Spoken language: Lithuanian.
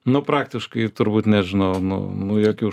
nu praktiškai turbūt nežinau nu nu jokių